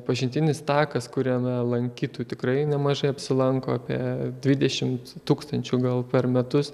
pažintinis takas kuriame lankytojų tikrai nemažai apsilanko apie dvidešimt tūkstančių gal per metus